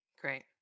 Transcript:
Great